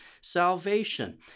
salvation